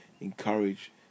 encourage